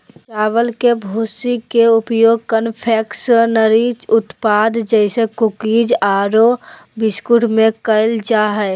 चावल के भूसी के उपयोग कन्फेक्शनरी उत्पाद जैसे कुकीज आरो बिस्कुट में कइल जा है